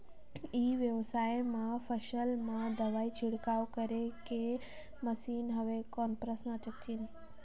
ई व्यवसाय म फसल मा दवाई छिड़काव करे के मशीन हवय कौन?